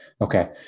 Okay